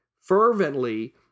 fervently